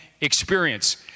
experience